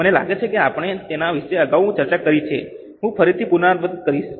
મને લાગે છે કે આપણે તેના વિશે અગાઉ ચર્ચા કરી છે હું ફરીથી પુનરાવર્તન કરીશ